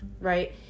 right